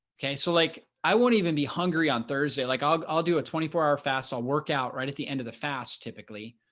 okay, so like, i won't even be hungry on thursday. like i'll i'll do a twenty four hour fast. i'll workout right at the end of the fast typically.